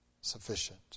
sufficient